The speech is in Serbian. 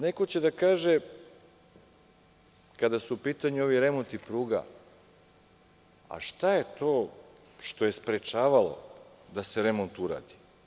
Neko će da kaže kada su u pitanju ovi remonti pruga – a šta je to što je sprečavalo da se remont uradi?